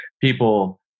people